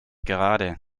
gerade